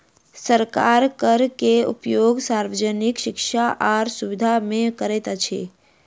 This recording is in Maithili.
सरकार कर के उपयोग सार्वजनिक शिक्षा आर सुविधा में करैत अछि